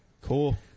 Cool